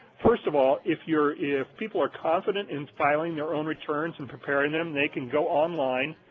first of all, if you're if people are confident in filing their own returns and preparing them, they can go online.